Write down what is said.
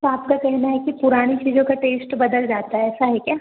तो आपका कहना है कि पुरानी चीज़ों का टेस्ट बदल जाता है ऐसा है क्या